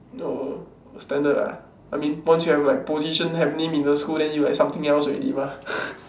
no standard ah I mean once you have like position have name in the school then you like something else already mah